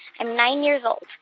i'm nine years old.